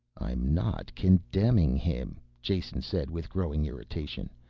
i'm not condemning him, jason said with growing irritation,